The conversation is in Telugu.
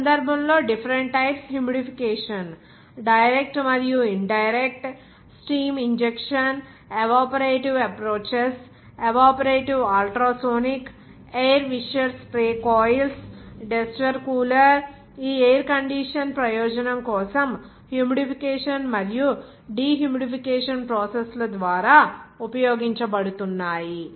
ఈ సందర్భంలో డిఫరెంట్ టైప్స్ హ్యూమిడిఫికేషన్ డైరెక్ట్ మరియు indirect steam injection evaporative approaches evaporative ultrasonic air washer spray coils desert cooler ఈ ఎయిర్ కండిషన్ ప్రయోజనం కోసం హ్యూమిడిఫికేషన్ మరియు డీ హ్యూమిడిఫికేషన్ ప్రాసెస్ ల ద్వారా ఉపయోగించబడుతున్నాయి